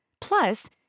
Plus